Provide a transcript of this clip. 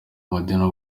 madini